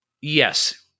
yes